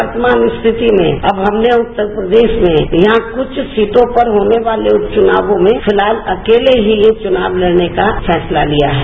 वर्तमान स्थिति में अब हमने उत्तर प्रदेश में यहां कुछ सीटों पर होने वाले उपचुनावों में फिलहाल अकले ही ये चुनाव लड़ने का फैसला लिया है